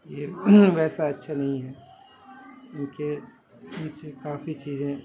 یہ ویسے اچھا نہیں ہے کیوں کہ ان سے کافی چیزیں